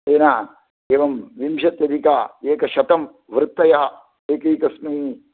तेन एवं विंशत्यधिक एकशतं वृत्तयः एकैकस्मिन्